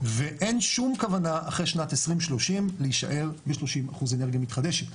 ואין שום כוונה אחרי שנת 2030 להישאר ב-30% אנרגיה מתחדשת.